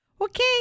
Okay